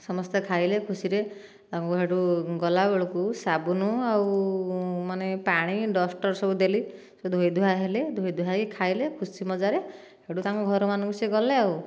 ସମସ୍ତେ ଖାଇଲେ ଖୁସିରେ ତାଙ୍କୁ ସେଇଠୁ ଗଲା ବେଳକୁ ସାବୁନ ଆଉ ମାନେ ପାଣି ଡଷ୍ଟର ସବୁ ଦେଲି ଧୋଇ ଧୁଆ ହେଲେ ଧୋଇ ଧୁଆ ହୋଇ ଖାଇଲେ ଖୁସି ମଜାରେ ସେଇଠୁ ତାଙ୍କ ଘର ମାନଙ୍କୁ ସେ ଗଲେ ଆଉ